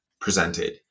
presented